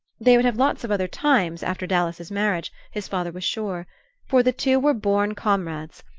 they would have lots of other times after dallas's marriage, his father was sure for the two were born comrades,